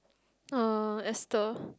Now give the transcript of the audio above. uh Esther